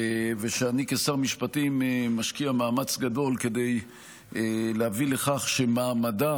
ואני כשר המשפטים משקיע מאמץ גדול כדי להביא לכך שמעמדה